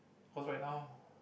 cause right now